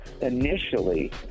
Initially